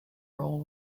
role